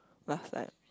last time